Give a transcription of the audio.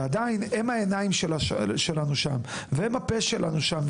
ועדיין, הם העיניים שלנו והפה שלנו שם.